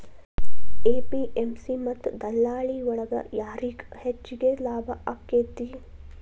APMC ಮತ್ತ ದಲ್ಲಾಳಿ ಒಳಗ ಯಾರಿಗ್ ಹೆಚ್ಚಿಗೆ ಲಾಭ ಆಕೆತ್ತಿ?